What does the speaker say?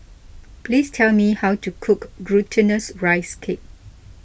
please tell me how to cook Glutinous Rice Cake